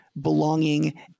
belonging